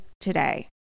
today